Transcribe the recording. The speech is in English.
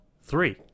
three